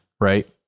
Right